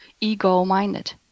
ego-minded